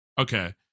Okay